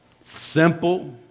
Simple